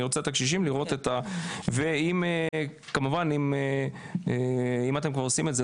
אני רוצה לראות את הקשישים וכמובן אם אתם כבר עושים את זה,